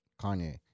Kanye